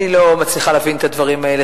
אני לא מצליחה להבין את הדברים האלה.